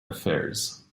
affairs